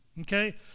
Okay